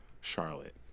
Charlotte